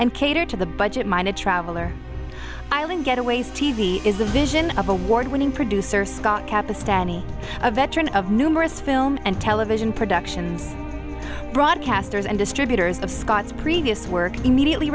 and cater to the budget minded traveller island getaway is the vision of award winning producer a veteran of numerous film and television productions broadcasters and distributors of scott's previous work immediately